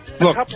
Look